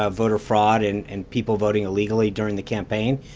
ah voter fraud and and people voting illegally during the campaign.